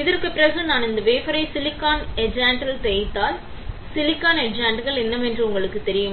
இதற்குப் பிறகு நான் இந்த வேஃபரை சிலிக்கான் எச்சாண்டில் தோய்த்தால் சிலிக்கான் எச்சண்ட்கள் என்னவென்று உங்களுக்குத் தெரியுமா